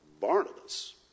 Barnabas